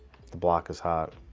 the block is hot.